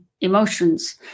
emotions